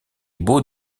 baux